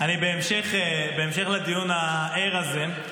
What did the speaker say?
בהמשך לדיון הער הזה,